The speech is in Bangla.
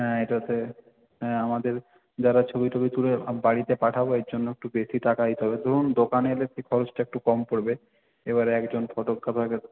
হ্যাঁ এটাতে হ্যাঁ আমাদের যারা ছবি টবি তোলে বাড়িতে পাঠাবো এর জন্য একটু বেশি টাকা দিতে হবে ধরুন দোকানে এলে সেই খরচটা একটু কম পড়বে এবারে একজন ফটোগ্রাফারকে